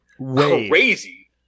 crazy